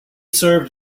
served